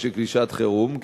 משק לשעת-חירום,